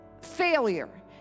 failure